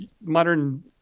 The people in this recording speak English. modern